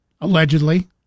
allegedly